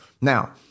Now